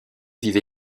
vivent